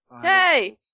Hey